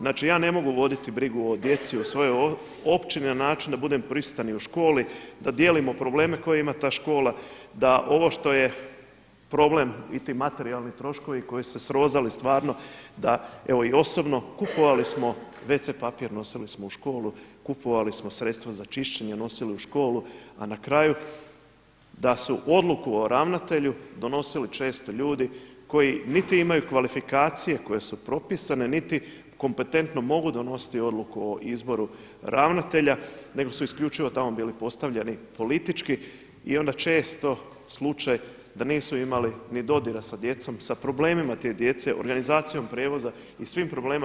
Znači, ja ne mogu voditi brigu o djeci u svojoj općini na način da budem prisutan i u školi, da dijelimo probleme koje ima ta škola, da ovo što je problem i ti materijalni troškovi koji su se srozali stvarno da evo i osobno kupovali smo wc papir, nosili smo u školu, kupovali smo sredstva za čišćenje i nosili u školu a na kraju da su odluku o ravnatelju donosili često ljudi koji niti imaju kvalifikacije koje su propisane niti kompetentno mogu donositi odluku o izboru ravnatelja nego su isključivo tamo bili postavljeni politički i onda često slučaj da nisu imali ni dodira sa djecom, sa problemima te djece, organizacijom prijevoza i svim problemima.